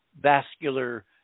vascular